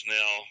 now